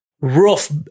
rough